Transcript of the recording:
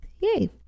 Yay